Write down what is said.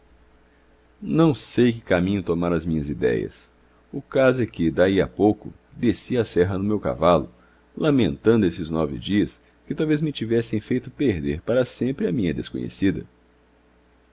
não sei que caminho tomavam as minhas idéias o caso é que daí a pouco descia a serra no meu cavalo lamentando esses nove dias que talvez me tivessem feito perder para sempre a minha desconhecida